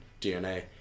DNA